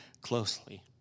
closely